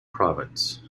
province